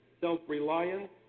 self-reliance